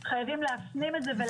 הרבה יותר קל להגיד,